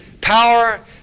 power